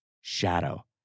shadow